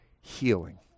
healing